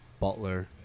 Butler